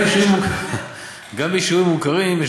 אלה יישובים מוכרים.